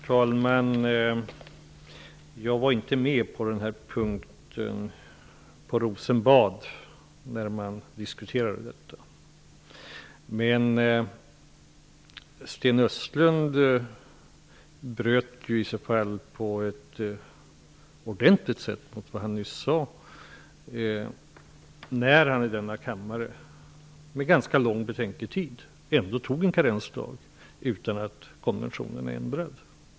Fru talman! Jag var inte med när denna punkt diskuterades i Rosenbad. Men Sten Östlund bröt på ett ordentligt sätt mot vad han nyss sade när han i denna kammare -- med ganska lång betänketid -- ändå antog en karensdag utan att konventionen var ändrad.